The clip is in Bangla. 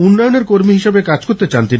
উন্নয়নের কর্মী হিসেবে কাজ করতে চান তিনি